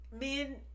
Men